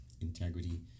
integrity